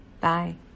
Bye